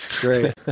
Great